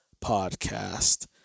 podcast